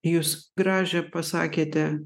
jūs gražią pasakėte